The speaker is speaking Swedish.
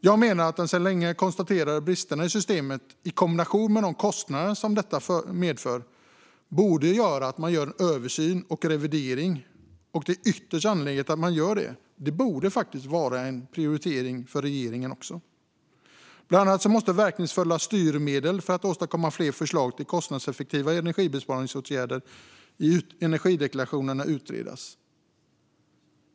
Jag menar att de sedan länge konstaterade bristerna i systemet i kombination med de kostnader som detta medför borde leda till att man gör en översyn och en revidering. Det är ytterst angeläget att man gör detta. Det borde faktiskt vara en prioritering för regeringen också. Bland annat måste verkningsfulla styrmedel för att åstadkomma fler förslag till kostnadseffektiva energibesparingsåtgärder i energideklarationerna utredas.